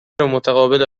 متقابل